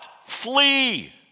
flee